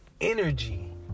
Energy